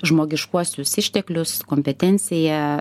žmogiškuosius išteklius kompetenciją